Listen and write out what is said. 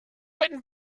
written